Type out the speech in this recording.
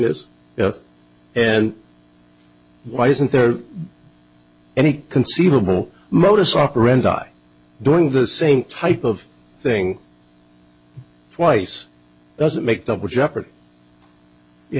is and why isn't there any conceivable modus operandi doing the same type of thing twice doesn't make double jeopardy it